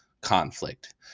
conflict